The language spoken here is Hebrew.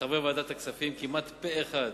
וחברי ועדת הכספים, כמעט פה אחד,